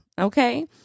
Okay